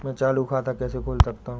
मैं चालू खाता कैसे खोल सकता हूँ?